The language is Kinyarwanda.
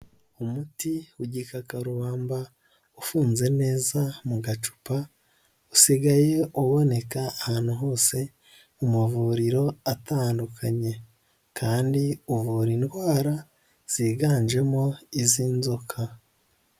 Umuti w'igikakarubamba ufunze neza mu gacupa, usigaye uboneka ahantu hose mu mavuriro atandukanye kandi uvura indwara ziganjemo iz'inzoka.